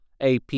AP